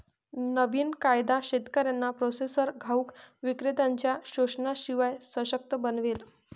नवीन कायदा शेतकऱ्यांना प्रोसेसर घाऊक विक्रेत्त्यांनच्या शोषणाशिवाय सशक्त बनवेल